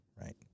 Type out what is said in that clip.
right